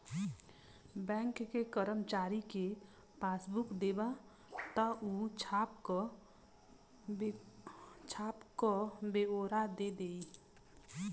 bank के करमचारी के पासबुक देबा त ऊ छाप क बेओरा दे देई